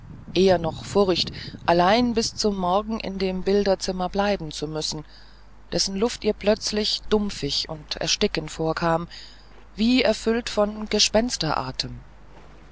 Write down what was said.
eher noch die furcht allein bis zum morgen in dem bilderzimmer bleiben zu müssen dessen luft ihr plötzlich dumpfig und erstickend vorkam wie erfüllt von